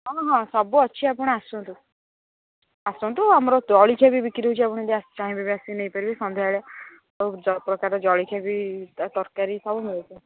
ହଁ ହଁ ସବୁ ଅଛି ଆପଣ ଆସନ୍ତୁ ଆସନ୍ତୁ ଆମର ଜଳଖିଆ ବି ବିକ୍ରି ହେଉଛି ଆପଣ ଯଦି ଚାହିଁବେ ବି ଆସିକି ନେଇପାରିବେ ସନ୍ଧ୍ୟାବେଳେ ସବୁପ୍ରକାର ଜଳଖିଆ ବି ତରକାରୀ ସବୁ ମିଳେ